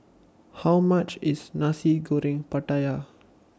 How much IS Nasi Goreng Pattaya